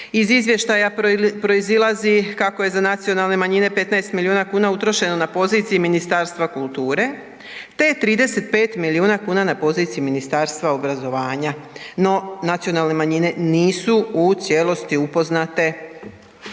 Iz izvještaja proizilazi kako je za nacionalne manjine, 15 milijuna kuna utrošena na poziciji Ministarstva kulture, te je 35 milijuna na poziciji Ministarstva obrazovanja no nacionalne manjine nisu u cijelosti upoznate